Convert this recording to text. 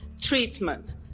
treatment